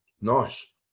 Nice